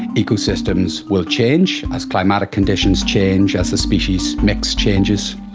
ecosystems will change as climatic conditions change, as the species mix changes.